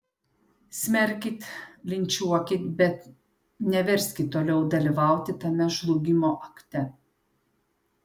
smerkit linčiuokit bet neverskit toliau dalyvauti tame žlugimo akte